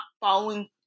following